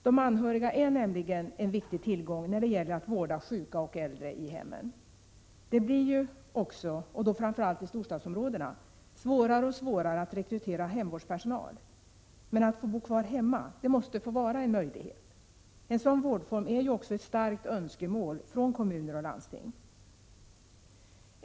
De anhöriga är nämligen en viktig tillgång när det gäller att vårda sjuka och äldre i hemmen. Det blir också — framför allt i storstadsområdena — svårare och svårare att rekrytera hemvårdspersonal. Men att få bo kvar hemma, det måste få vara en möjlighet. En sådan vårdform är också ett starkt önskemål från kommuner och landsting.